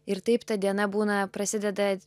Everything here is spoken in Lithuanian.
ir taip ta diena būna prasideda